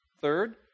Third